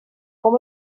com